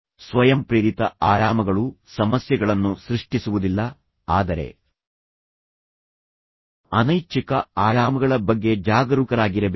ಸ್ವಯಂಪ್ರೇರಿತ ಆಯಾಮಗಳು ಸಮಸ್ಯೆಗಳನ್ನು ಸೃಷ್ಟಿಸುವುದಿಲ್ಲ ಆದರೆ ಅನೈಚ್ಛಿಕ ಆಯಾಮಗಳ ಬಗ್ಗೆ ಜಾಗರೂಕರಾಗಿರಬೇಕು